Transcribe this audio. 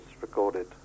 recorded